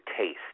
taste